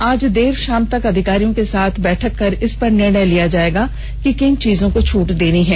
आज देर शाम तक अधिकारियों के साथ बैठक कर निर्णय लिया जाएगा कि किन चीजों में छूट देनी है